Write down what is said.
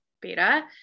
beta